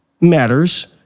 matters